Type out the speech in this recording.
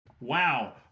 wow